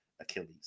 Achilles